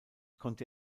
konnte